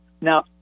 Now